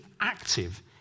active